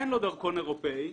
אין לו דרכון אירופאי,